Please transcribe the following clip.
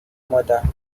mother